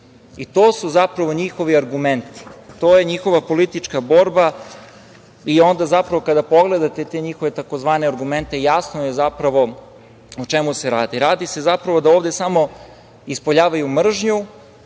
i to su zapravo njihovi argumenti, to je njihova politička borba. Kada pogledate te njihove tzv. argumente, jasno je zapravo o čemu se radi. Radi se o tome da ovde samo ispoljavaju mržnju,